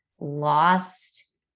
lost